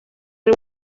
riu